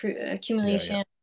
accumulation